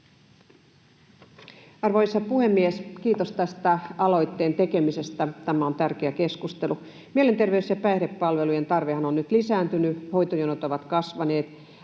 Arvoisa puhemies! Kiitos tämän aloitteen tekemisestä. Tämä on tärkeä keskustelu. Mielenterveys- ja päihdepalvelujen tarvehan on nyt lisääntynyt, hoitojonot ovat kasvaneet.